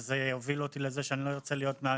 זה יוביל אותי לכך שאני לא ארצה להיות שם.